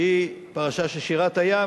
שהיא פרשה של "שירת הים",